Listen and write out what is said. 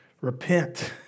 repent